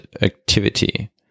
activity